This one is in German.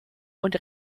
und